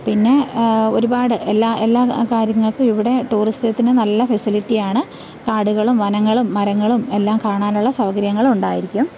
പിന്നെ ഒരുപാട് എല്ലാ എല്ലാ കാര്യങ്ങൾക്കും ഇവിടെ ടൂറിസത്തിന് നല്ല ഫെസിലിറ്റിയാണ് കാടുകളും വനങ്ങളും മരങ്ങളും എല്ലാം കാണാനുള്ള സൗകര്യങ്ങള് ഉണ്ടായിരിക്കും